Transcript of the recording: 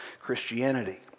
Christianity